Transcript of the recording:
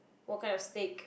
what kind of steak